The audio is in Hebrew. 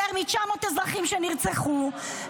יותר מ-900 אזרחים שנרצחו,